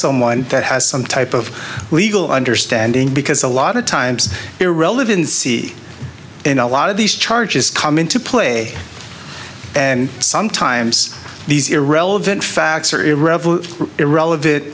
someone that has some type of legal understanding because a lot of times irrelevancy in a lot of these charges come into play and sometimes these irrelevant facts are irrelevant